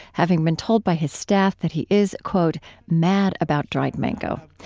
having been told by his staff that he is, quote mad about dried mango.